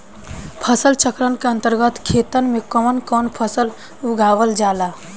फसल चक्रण के अंतर्गत खेतन में कवन कवन फसल उगावल जाला?